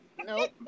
Nope